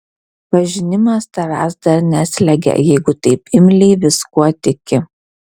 pažinimas tavęs dar neslegia jeigu taip imliai viskuo tiki